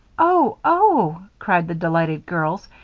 oh! oh! cried the delighted girls,